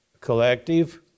collective